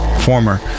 former